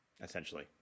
essentially